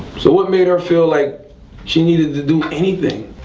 so what made her feel like she needed to do anything?